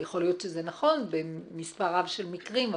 יכול להיות שזה נכון במספר רב של מקרים,